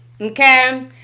okay